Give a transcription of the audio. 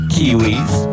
Kiwis